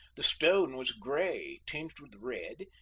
the stone was gray, tinged with red,